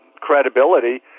credibility